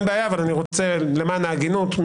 אין בעיה אבל למען ההגינות אני